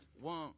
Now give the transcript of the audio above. One